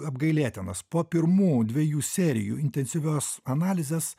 apgailėtinas po pirmų dviejų serijų intensyvios analizės